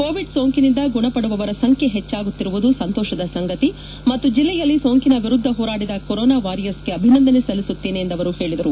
Covid ಸೋಂಕಿನಿಂದ ಗುಣ ಪಡುವವರ ಸಂಖೆ ಹೆಚ್ಚಾಗುತ್ತಿರುವುದು ಸಂತೋಷದ ಸಂಗತಿ ಮತ್ತು ಜಿಲ್ಲೆಯಲ್ಲಿ ಸೋಂಕಿನ ವಿರುಧ್ವ ಹೋರಾಡಿದ ಕರೋನ ವಾರಿಯ್ಲಗೆ ಅಭಿನಂದನೆ ಸಲ್ಲಿಸುತ್ತೇನೆ ಎಂದು ಅವರು ಹೇಳಿದರು